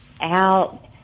out